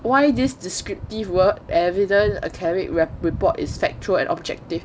why this descriptive work evident academic report is factual and objective